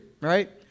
right